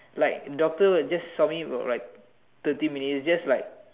like doctor just saw me for like thirty minutes that's like